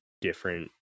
different